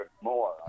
more